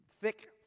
thick